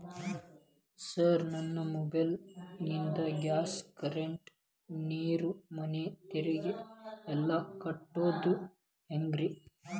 Sir ನನ್ನ mobile ನಿಂದ gas, current, ನೇರು, ಮನೆ ತೆರಿಗೆ ಎಲ್ಲಾ ಕಟ್ಟೋದು ಹೆಂಗ್ರಿ?